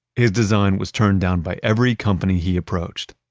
his design was turned down by every company he approached,